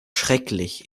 schrecklich